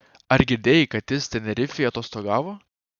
ar girdėjai kad jis tenerifėj atostogavo